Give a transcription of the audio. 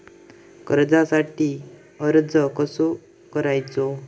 कर्जासाठी अर्ज कसो करायचो?